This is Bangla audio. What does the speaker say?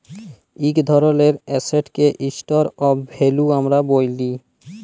ইক ধরলের এসেটকে স্টর অফ ভ্যালু আমরা ব্যলি